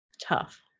tough